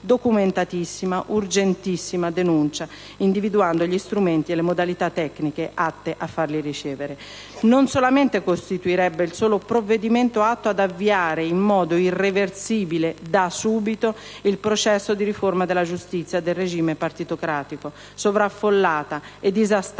documentatissima, urgentissima denuncia, individuando gli strumenti e le modalità tecniche atte a farli ricevere); non solamente costituirebbe il solo provvedimento atto ad avviare in modo irreversibile da subito» - sottolinea da subito - «il processo di riforma della Giustizia, del Regime partitocratico, sovraffollata e disastrata